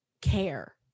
care